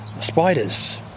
Spiders